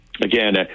again